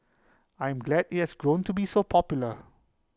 I am glad IT has grown to be so popular